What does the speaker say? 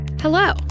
Hello